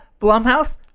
Blumhouse